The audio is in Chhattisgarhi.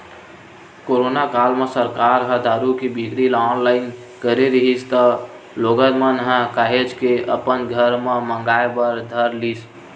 कोरोना काल म सरकार ह दारू के बिक्री ल ऑनलाइन करे रिहिस त लोगन मन ह काहेच के अपन घर म मंगाय बर धर लिस